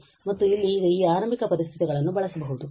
ಮತ್ತು ಇಲ್ಲಿ ಈಗ ಈ ಆರಂಭಿಕ ಪರಿಸ್ಥಿತಿಗಳನ್ನು ಬಳಸಬಹುದು